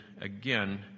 again